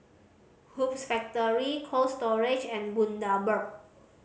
Hoops Factory Cold Storage and Bundaberg